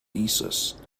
thesis